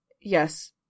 Yes